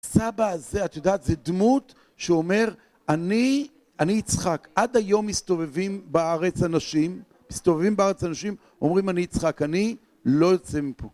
סבא הזה, את יודעת, זה דמות שאומר, אני יצחק. עד היום מסתובבים בארץ אנשים, מסתובבים בארץ אנשים, אומרים אני יצחק, אני לא יוצא מפה.